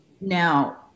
Now